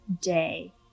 day